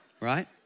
Right